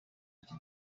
icyo